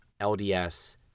LDS